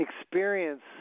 experience